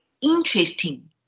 interesting